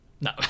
No